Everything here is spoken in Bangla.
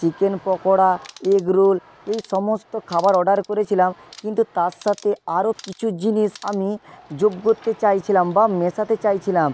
চিকেন পকোড়া এগ রোল এই সমস্ত খাবার অর্ডার করেছিলাম কিন্তু তার সাথে আরও কিছু জিনিস আমি যোগ করতে চাইছিলাম বা মেশাতে চাইছিলাম